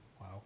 Wow